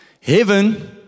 Heaven